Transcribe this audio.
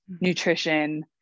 nutrition